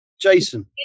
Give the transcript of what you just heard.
Jason